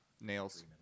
nails